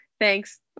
Thanks